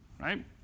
right